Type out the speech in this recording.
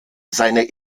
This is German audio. seine